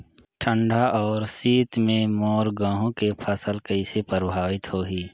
ठंडा अउ शीत मे मोर गहूं के फसल कइसे प्रभावित होही?